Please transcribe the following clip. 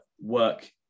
work